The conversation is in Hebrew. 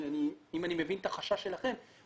אם אני מבין את החשש שלכם,